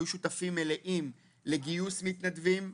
היו שותפים מלאים לגיוס מתנדבים,